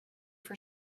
for